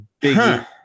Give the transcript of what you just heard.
Biggie